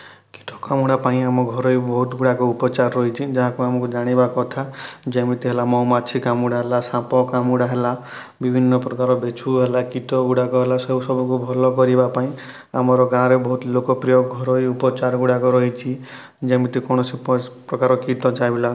କୀଟ କାମୁଡ଼ା ପାଇଁ ଆମ ଘରୋଇ ବହୁତ ଗୁଡ଼ାକ ଉପଚାର ରହିଛି ଯାହାକୁ ଆମକୁ ଜାଣିବା କଥା ଯେମିତି ହେଲା ମହୁମାଛି କାମୁଡ଼ା ହେଲା ସାପ କାମୁଡ଼ା ହେଲା ବିଭିନ୍ନପ୍ରକାର ବିଛୁ ହେଲା କୀଟ ଗୁଡ଼ାକ ହେଲା ସେ ସବୁକୁ ଭଲ କରିବା ପାଇଁ ଆମର ଗାଁ'ରେ ବହୁତ ଲୋକପ୍ରିୟ ଘରୋଇ ଉପଚାର ଗୁଡ଼ାକ ରହିଛି ଯେମିତି କୌଣସି ପ୍ରକାର କୀଟ